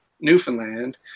Newfoundland